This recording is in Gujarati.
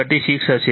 36 હશે